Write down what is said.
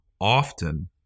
Often